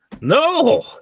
No